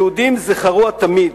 היהודים זכרוה תמיד,